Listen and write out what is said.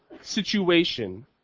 situation